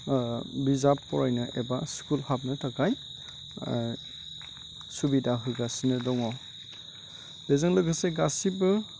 बिजाब फरायनो एबा स्कुल हाबनो थाखाय सुबिदा होगासिनो दङ बेजों लोगोसे गासिबो